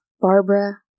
Barbara